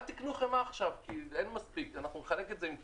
אל תקנו חמאה עכשיו כי אין מספיק ונחלק את זה עם תלושים.